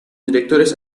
directores